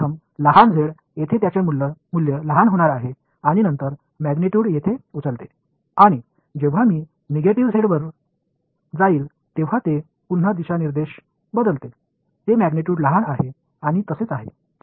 முதலில் சிறிய z இல் அதன் மதிப்பு சிறியதாக இருக்கும் பின்னர் அதன் மேக்னட்யூட் இங்கே வேகம் எடுக்கும் போது மற்றும் நான் நெகட்டிவ் z க்குச் செல்லும்போது அது மீண்டும் அதன் திசையை மாற்றும் அதன் மேக்னட்யூட் சிறியதாக இருக்கும்